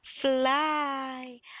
fly